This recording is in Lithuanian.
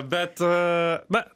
bet na